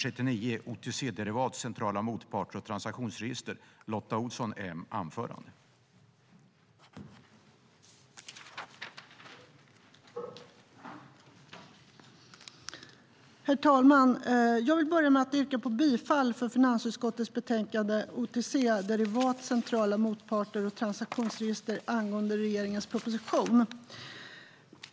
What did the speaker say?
Herr talman! Jag vill börja med att yrka bifall till förslaget i finansutskottets betänkande OTC-derivat, centrala motparter och transaktionsregister med anledning av regeringens proposition.